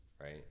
right